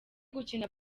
gukina